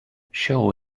show